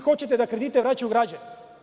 Vi hoćete da kredite vraćaju građani.